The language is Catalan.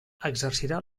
exercirà